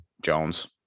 Jones